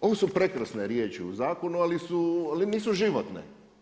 ovo su prekrasne riječi u zakonu, ali nisu životne.